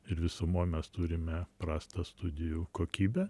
ir visumoj mes turime prastą studijų kokybę